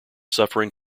suffering